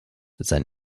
sein